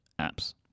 apps